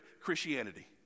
Christianity